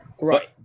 Right